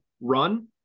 run